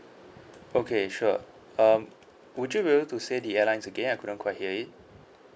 okay sure um would you be able to say the airlines again I couldn't quite hear it